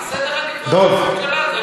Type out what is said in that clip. זה סדר עדיפויות של הממשלה.